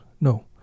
no